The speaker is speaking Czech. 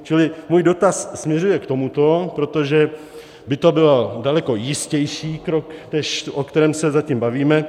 Čili můj dotaz směřuje k tomuto, protože by to byl daleko jistější krok, než o kterém se zatím bavíme.